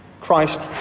Christ